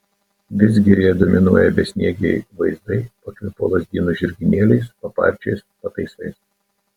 vidzgiryje dominuoja besniegiai vaizdai pakvipo lazdynų žirginėliais paparčiais pataisais